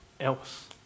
else